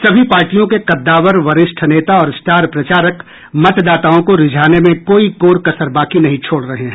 सभी पार्टियों के कद्दावर वरिष्ठ नेता और स्टार प्रचारक मतदाताओं को रिझाने में कोई कोर कसर बाकी नहीं छोड़ रहे हैं